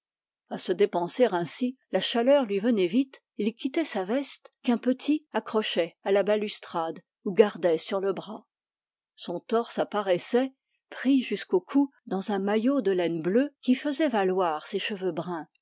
a se dépenser ainsi la chaleur lui venait vite il quittait sa veste qu'un petit accrochait à la balustrade ou gardait sur le bras son torse apparaissait pris jusqu'au cou dans un maillot de laine bleue qui faisait valoir ses cheveux bruns